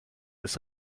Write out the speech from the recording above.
ist